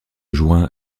juin